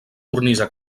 cornisa